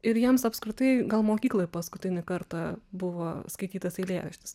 ir jiems apskritai gal mokykloj paskutinį kartą buvo skaitytas eilėraštis